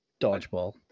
dodgeball